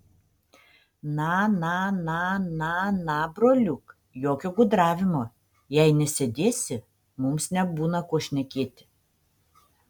na na na na na broliuk jokio gudravimo jei nesėdėsi mums nebūna ko šnekėti